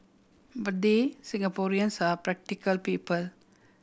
but hey Singaporeans are practical people